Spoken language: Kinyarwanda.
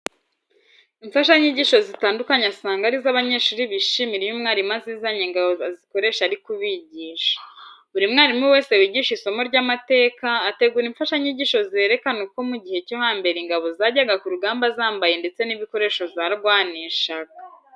Imfashanyigisho zitandukanye usanga ari zo abanyeshuri bishimira iyo umwarimu azizanye ngo azikoreshe ari kubigisha. Buri mwarimu wese wigisha isomo ry'amateka, ategura imfashanyigisho zerekana uko mu gihe cyo hambere ingabo zajyaga ku rugamba zambaye ndetse n'ibikoresho zarwanishaga.